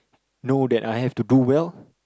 know that I have to do well